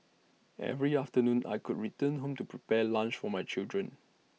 every afternoon I could return home to prepare lunch for my children